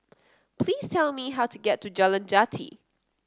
please tell me how to get to Jalan Jati